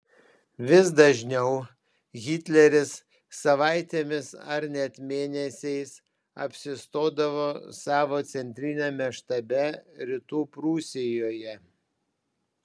vis dažniau hitleris savaitėmis ar net mėnesiais apsistodavo savo centriniame štabe rytų prūsijoje